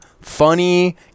funny